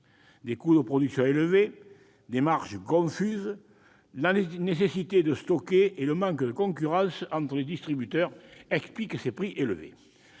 Des coûts de production élevés, des marges confuses, la nécessité de stocker et le manque de concurrence entre les distributeurs expliquent ces prix élevés.